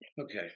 okay